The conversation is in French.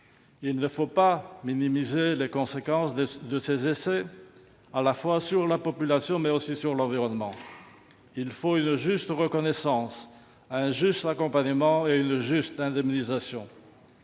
Il ne faut pas minimiser les conséquences de ces essais à la fois sur la population, mais aussi sur l'environnement. Il faut une juste reconnaissance, un juste accompagnement et une juste indemnisation.